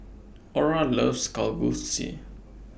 Orra loves Kalguksu